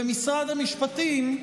במשרד המשפטים,